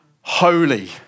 holy